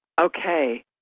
okay